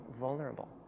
vulnerable